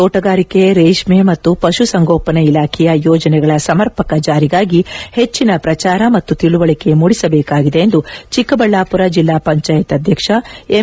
ತೋಟಗಾರಿಕೆ ರೇಷ್ಮ ಮತ್ತು ಪಶುಸಂಗೋಪನೆ ಇಲಾಖೆಯ ಯೋಜನೆಗಳ ಸಮರ್ಪಕ ಜಾರಿಗಾಗಿ ಹೆಚ್ಚಿನ ಪ್ರಚಾರ ಮತ್ತು ತಿಳುವಳಕೆ ಮೂಡಿಸಬೇಕಾಗಿದೆ ಎಂದು ಚಿಕ್ಕಬಳ್ಳಾಪುರ ಜಿಲ್ಲಾ ಪಂಚಾಯತ್ ಅಧ್ಯಕ್ಷ ಎಂ